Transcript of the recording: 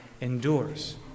endures